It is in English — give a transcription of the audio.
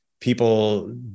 people